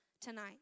tonight